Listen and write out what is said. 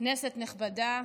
כנסת נכבדה,